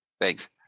Thanks